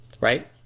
right